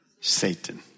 Satan